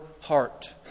heart